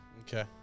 Okay